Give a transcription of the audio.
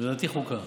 לדעתי חוקה.